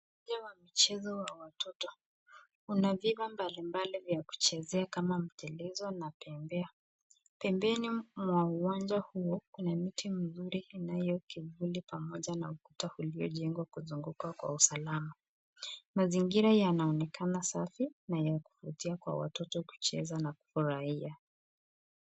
Uwanja wa michezo vya watoto. Una vitu mbalimbali vya kuchezea kama mitelezo na bembea. Pembeni mwa uwanja huo kuna miti mizuri inayo kivuli pamoja na ukuta uliojengwa kuzunguka kwa usalama. Mazingira yanaonekana safi na ya kuvutia kwa watoto kucheza na kufurahia.